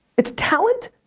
it's talent,